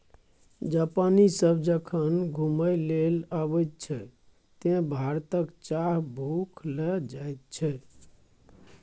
जापानी सभ जखन घुमय लेल अबैत छै तँ भारतक चाह खूब लए जाइत छै